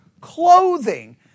clothing